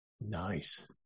Nice